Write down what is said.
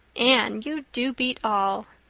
anne, you do beat all!